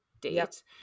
date